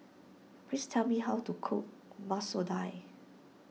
please tell me how to cook Masoor Dal